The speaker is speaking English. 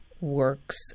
works